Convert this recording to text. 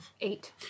Eight